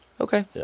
Okay